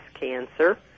cancer